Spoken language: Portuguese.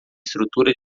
estrutura